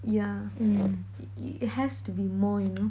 yeah it has to be more you know